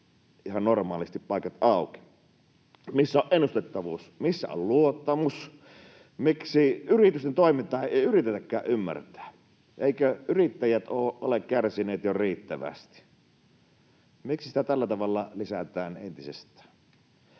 ihan normaalisti paikat auki. Missä on ennustettavuus? Missä on luottamus? Miksi yritysten toimintaa ei yritetäkään ymmärtää? Eivätkö yrittäjät ole kärsineet jo riittävästi? Miksi sitä tällä tavalla lisätään entisestään?